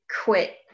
quit